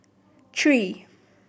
three